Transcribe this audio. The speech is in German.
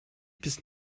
bis